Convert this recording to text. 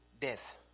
Death